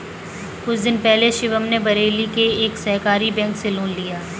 कुछ दिन पहले शिवम ने बरेली के एक सहकारी बैंक से लोन लिया